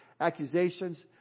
accusations